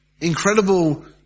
incredible